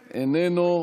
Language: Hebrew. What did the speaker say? איננו.